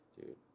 Dude